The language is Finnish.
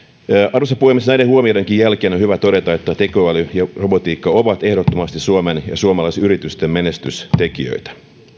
arvoisa puhemies näiden huomioidenkin jälkeen on hyvä todeta että tekoäly ja robotiikka ovat ehdottomasti suomen ja suomalaisyritysten menestystekijöitä